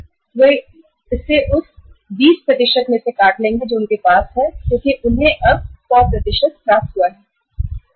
और वे इसे उस 20 मे से काट लेंगे जो उनके पास है क्योंकि उन्हें अब 100 प्राप्त हुआ है